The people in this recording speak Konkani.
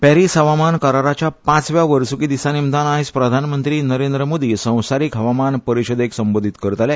पॅरीस हवामान कराराच्या पांचव्या वर्स्रकी दिसा निमतान आयज प्रधानमंत्री नरेंद्र मोदी संवसारीक हवामान परिशदेक संबोधीत करतले